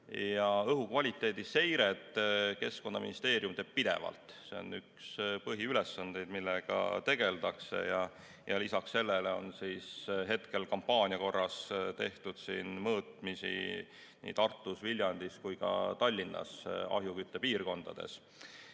Õhukvaliteedi seiret Keskkonnaministeerium teeb pidevalt, see on üks põhiülesandeid, millega tegeldakse. Ja lisaks sellele on hetkel kampaania korras tehtud mõõtmisi Tartus, Viljandis ja Tallinnas ahjuküttepiirkondades